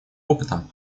опытом